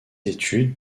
études